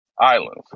islands